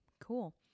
Cool